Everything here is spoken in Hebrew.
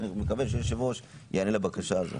אני מקווה שהיושב-ראש ייענה לבקשה.